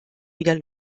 wieder